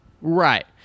right